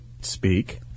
Speak